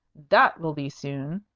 that will be soon.